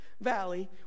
valley